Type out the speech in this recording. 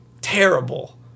terrible